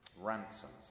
Ransoms